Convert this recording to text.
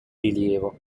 rilievo